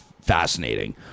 fascinating